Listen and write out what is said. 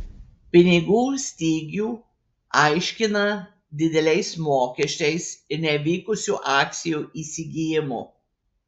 pinigų stygių aiškina dideliais mokesčiais ir nevykusiu akcijų įsigijimu